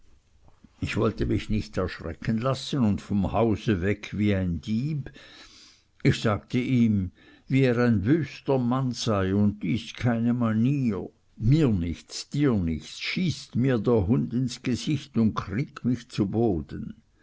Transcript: ich wollte mich nicht erschrecken lassen und vom hause weg wie ein dieb ich sagte ihm wie er ein wüster mann sei und dies keine manier da mir nichts dir nichts schießt mir der hund ins gesicht und kriegt mich zu boden